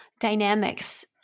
dynamics